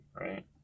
right